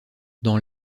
dans